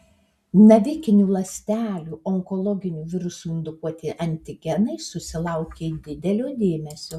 navikinių ląstelių onkologinių virusų indukuoti antigenai susilaukė didelio dėmesio